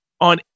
on